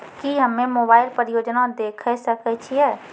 की हम्मे मोबाइल पर योजना देखय सकय छियै?